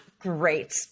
great